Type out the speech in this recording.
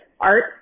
art